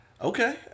Okay